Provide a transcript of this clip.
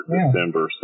December